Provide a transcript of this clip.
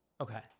Okay